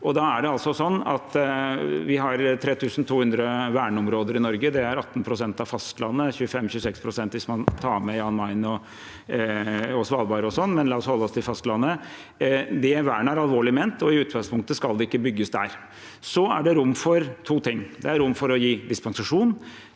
Vi har 3 200 verneområder i Norge. Det er 18 pst. av fastlandet – 25–26 pst. hvis man tar med Jan Mayen og Svalbard og sånn, men la oss holde oss til fastlandet. Det vernet er alvorlig ment, og i utgangspunktet skal det ikke bygges der. Så er det rom for to ting. Det er rom for å gi dispensasjon